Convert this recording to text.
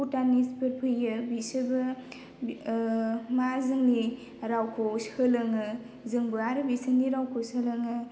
भुटानिसफोर फैयो बिसोरबो बि मा जोंनि रावखौ सोलोङो जोंबो आरो बिसोरनि रावखौ सोलोङो